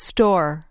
Store